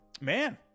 Man